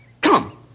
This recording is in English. Come